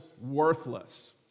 worthless